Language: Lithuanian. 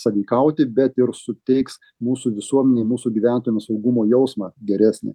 sąveikauti bet ir suteiks mūsų visuomenei mūsų gyventojam saugumo jausmą geresnį